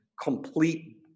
complete